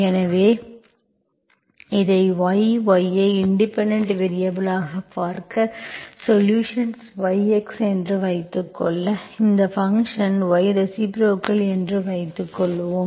எனவே இதை y y ஐ இண்டிபெண்டென்ட் வேரியபல் ஆக பார்க்க சொலுஷன்ஸ் yx என்று வைத்துக்கொள்ள இந்த ஃபங்க்ஷன் y ரெசிப்ரோக்கல் என்று வைத்துக்கொள்வோம்